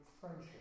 friendship